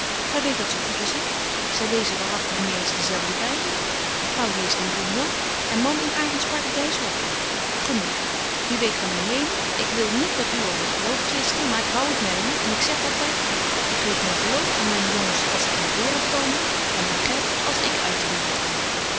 gy weet dat zo goed als ik zy lezen waaragtig niet eens denzelfden bybel vrouw leest in bunjan en man in arends paradyshofje genoeg nu weet gy myn mening ik wil niet met u over het geloof twisten maar ik hou t myne en ik zeg altyd ik geef myn geloof aan myne jongens als zy in de waereld komen en myn geld als ik uit de waereld ga